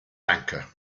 anchor